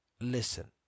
Listen